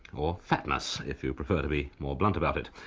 or fatness, if you prefer to be more blunt about it.